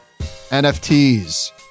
NFTs